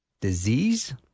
Disease